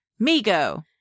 Migo